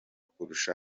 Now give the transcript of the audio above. kurusha